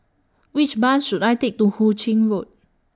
Which Bus should I Take to Hu Ching Road